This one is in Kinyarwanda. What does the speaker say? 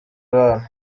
bana